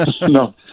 No